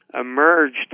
emerged